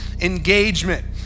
engagement